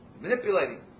manipulating